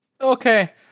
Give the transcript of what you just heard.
okay